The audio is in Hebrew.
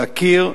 להכיר,